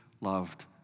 loved